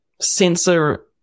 sensor